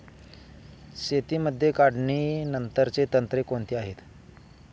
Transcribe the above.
शेतीमध्ये काढणीनंतरची तंत्रे कोणती आहेत?